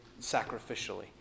sacrificially